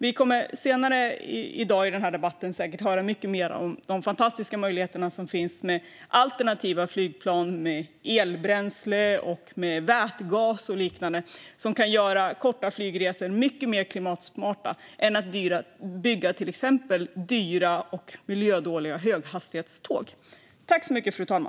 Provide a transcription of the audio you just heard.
Vi kommer senare i dag i denna debatt säkert att få höra mycket mer om de fantastiska möjligheter som finns när det gäller alternativa flygplan, elbränsle och vätgas och liknande, som kan göra korta flygresor mycket mer klimatsmarta än till exempel de dyra och miljödåliga höghastighetståg som man vill bygga.